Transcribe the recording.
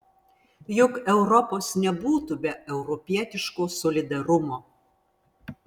juk europos nebūtų be europietiško solidarumo